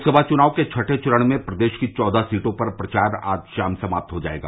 लोकसभा चुनाव के छठें चरण में प्रदेश की चौदह सीटों पर प्रचार आज शाम समाप्त हो जायेगा